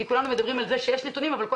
כי כולנו מדברים על זה שיש נתונים אבל כל